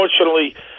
unfortunately